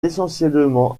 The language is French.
essentiellement